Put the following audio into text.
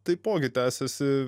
taipogi tęsiasi